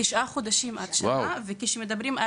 מגיל שנתיים ועד גיל